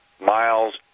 miles